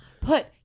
Put